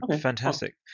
Fantastic